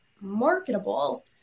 marketable